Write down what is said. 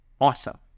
awesome